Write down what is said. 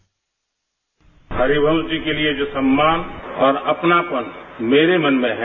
bite Harivansh ji के लिए जो सम्मान और अपनापन मेरे मन में है